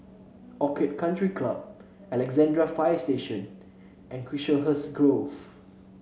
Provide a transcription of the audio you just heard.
Orchid Country Club Alexandra Fire Station and Chiselhurst Grove